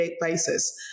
basis